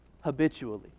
habitually